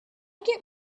get